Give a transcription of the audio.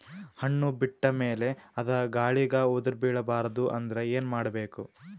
ಹಣ್ಣು ಬಿಟ್ಟ ಮೇಲೆ ಅದ ಗಾಳಿಗ ಉದರಿಬೀಳಬಾರದು ಅಂದ್ರ ಏನ ಮಾಡಬೇಕು?